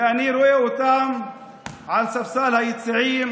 ואני רואה אותם על ספסלי היציע.